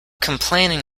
complaining